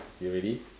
you ready